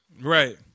Right